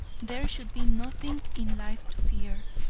there should be nothing in life to fear.